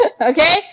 Okay